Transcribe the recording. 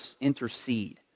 intercede